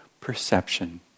perception